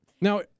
Now